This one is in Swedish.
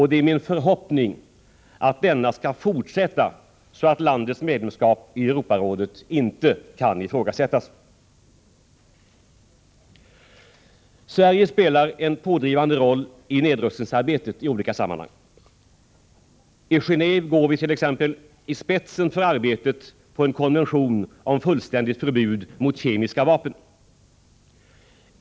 Det är min förhoppning att denna skall fortsätta, så att landets medlemskap i Europarådet inte kan ifrågasättas. Sverige spelar en pådrivande roll i nedrustningsarbetet i olika sammanhang. I Geneve går vi t.ex. i spetsen för arbetet på en konvention om fullständigt förbud mot kemiska vapen.